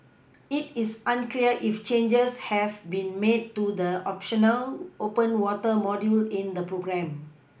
it is unclear if changes have been made to the optional open water module in the programme